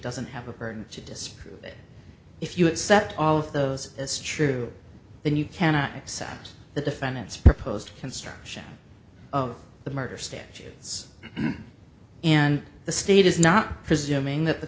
doesn't have a burden to disprove it if you accept all of those as true then you cannot accept the defendant's proposed construction of the murder statutes and the state is not presuming that the